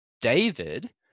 David